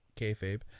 kayfabe